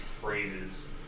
phrases